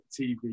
TV